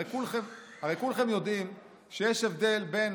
הרי כולכם יודעים שיש הבדל בין